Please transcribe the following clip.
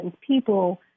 people